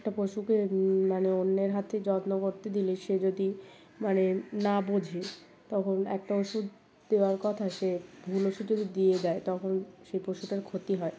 একটা পশুকে মানে অন্যের হাতে যত্ন করতে দিলে সে যদি মানে না বোঝে তখন একটা ওষুধ দেওয়ার কথা সে ভুল ওষুধ যদি দিয়ে দেয় তখন সেই পশুটার ক্ষতি হয়